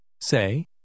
Say